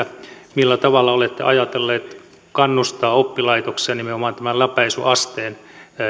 millä tavalla olette ajatellut kannustaa oppilaitoksia nimenomaan tämän läpäisyasteen